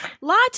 lots